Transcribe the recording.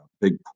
big